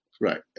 Right